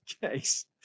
case